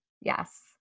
Yes